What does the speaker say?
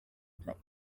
plate